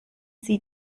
sie